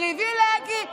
פריבילגי,